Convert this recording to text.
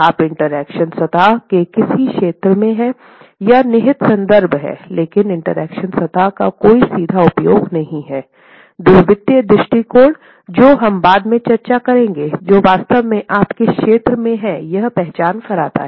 आप इंटरेक्शन सतह के किस क्षेत्र में हैं यह निहित संदर्भ है लेकिन इंटरेक्शन सतह का कोई सीधा उपयोग नहीं है द्वितीय दृष्टिकोण जो हम बाद में चर्चा करेंगे वो वास्तव में आप किस क्षेत्र में हैं यह पहचान करता है